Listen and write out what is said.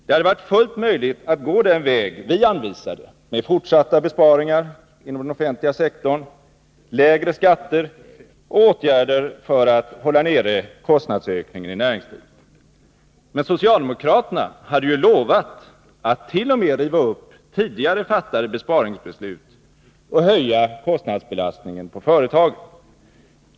Det hade varit fullt möjligt att gå den väg vi anvisade med fortsatta besparingar inom den offentliga sektorn, lägre skatter och åtgärder för att hålla nere kostnadsökningen i näringslivet. Men socialdemokraterna hade ju lovat att t.o.m. riva upp tidigare fattade besparingsbeslut och öka kostnadsbelastningen på företagen.